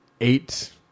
eight